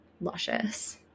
luscious